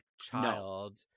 child